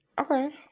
Okay